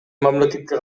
мамлекетке